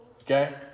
Okay